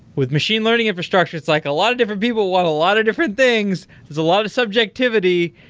with machine learning infrastructure it's like a lot of different people want a lot of different things. there's a lot of subjectivity.